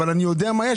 אבל אני יודע מה יש,